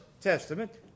Testament